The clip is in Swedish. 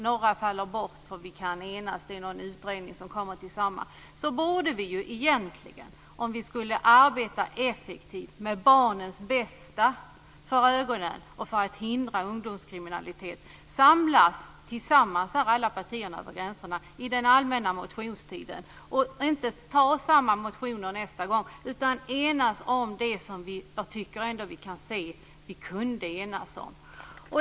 Några faller bort då vi kan enas - det kan komma till en utredning. Om vi skulle arbeta effektivt med barnens bästa för ögonen och för att hindra ungdomskriminalitet, borde vi egentligen samlas över partigränserna i den allmänna motionstiden. Vi skulle inte väcka samma motioner nästa gång, utan enas om det som vi ser är möjligt att enas om.